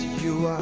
you